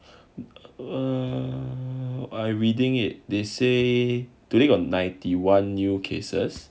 err I reading it they say today got ninety one new cases